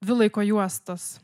dvi laiko juostos